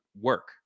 work